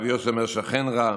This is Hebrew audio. רבי יוסי אומר: שכן רע.